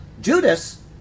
Judas